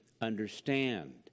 understand